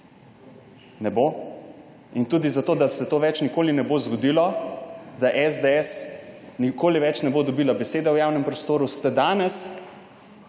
ne bo. In tudi zato da se to več nikoli ne bo zgodilo, da SDS nikoli več ne bo dobila besede v javnem prostoru, je vaša